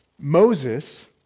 Moses